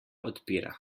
odpira